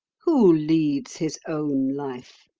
who leads his own life?